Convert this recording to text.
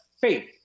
faith